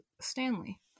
Stanley